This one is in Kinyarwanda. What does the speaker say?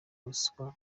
ruswa